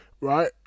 right